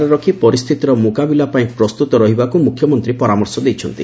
ରେ ରଖି ପରିସ୍ଥିତିର ମୁକାବିଲା ପାଇଁ ପ୍ରସ୍ଥୁତ ରହିବାକୁ ମୁଖ୍ୟମନ୍ତୀ ପରାମର୍ଶ ଦେଇଛନ୍ତି